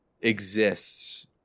exists